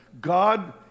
God